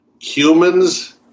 humans